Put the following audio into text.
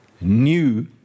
new